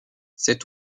cet